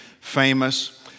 famous